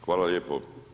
Hvala lijepo.